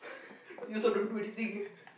cause he also don't do anything